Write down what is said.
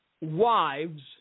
wives